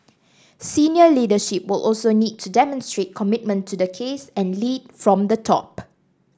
senior leadership will also need to demonstrate commitment to the case and lead from the top